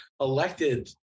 elected